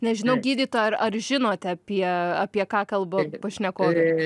nežinau gydytoja ar žinote apie apie ką kalba pašnekovė